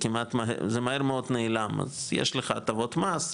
זה מהר מאוד נעלם אז יש לך הטבות מס,